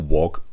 Walk